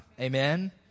Amen